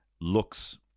looks